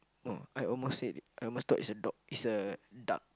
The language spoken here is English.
oh I almost said I almost talk it's a dog it's a duck